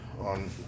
on